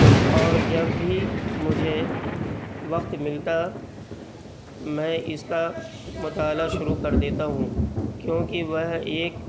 اور جب بھی مجھے وقت ملتا میں اس کا مطالعہ شروع کر دیتا ہوں کیونکہ وہ ایک